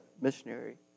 missionary